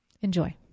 Enjoy